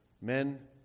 Men